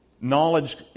knowledge